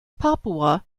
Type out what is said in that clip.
papua